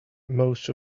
most